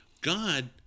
God